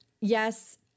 Yes